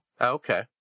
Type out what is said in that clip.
Okay